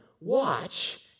watch